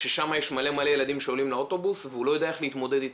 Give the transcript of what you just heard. ששם יש מלא מלא ילדים שעולים לאוטובוס והוא לא יודע איך להתמודד איתם,